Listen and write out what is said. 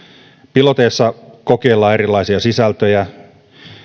piloteissa kokeillaan erilaisia sisältöjä